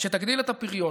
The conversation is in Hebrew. שתגדיל את הפריון,